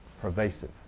pervasive